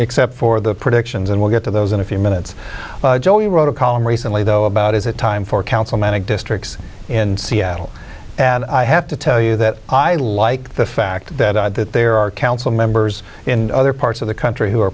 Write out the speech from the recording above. except for the predictions and we'll get to those in a few minutes joe you wrote a column recently though about is it time for counsel manic districts and seattle and i have to tell you that i like the fact that out that there are council members in other parts of the country who are